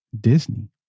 Disney